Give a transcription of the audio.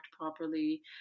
properly